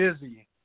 busy